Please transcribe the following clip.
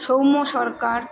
Soumya Sarkar